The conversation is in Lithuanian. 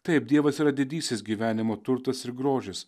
taip dievas yra didysis gyvenimo turtas ir grožis